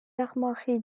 armoiries